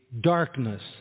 darkness